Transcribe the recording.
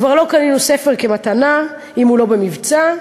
כבר לא קנינו ספר כמתנה אם הוא לא במבצע,